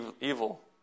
evil